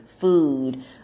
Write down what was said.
food